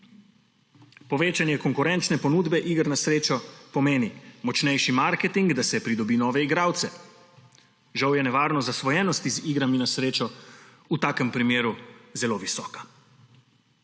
Povečanje konkurenčne ponudbe iger na srečo pomeni močnejši marketing, da se pridobi nove igralce. Žal je nevarnost zasvojenosti z igrami na srečo v takem primeru zelo visoka.